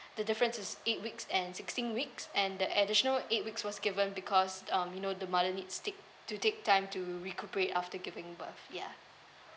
the difference is eight weeks and sixteen weeks and the additional eight weeks was given because um you know the mother needs take to take time to recuperate after giving birth ya